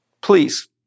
please